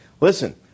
Listen